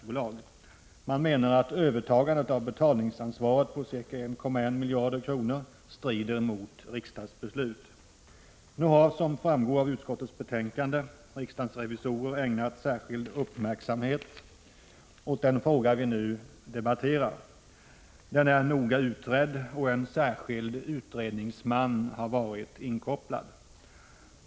Moderaterna menar att övertagandet av betalningsansvaret på ca 1,1 miljard kronor strider mot riksdagens beslut. Som framgår av utskottets betänkande, har riksdagens revisorer ägnat särskild uppmärksamhet åt denna fråga. Den är noga utredd — en särskild — Prot. 1985/86:130 utredningsman har varit inkopplad.